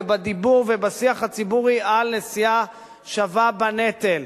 בדיבור ובשיח הציבורי על נשיאה שווה בנטל.